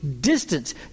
distance